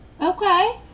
Okay